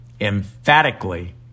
emphatically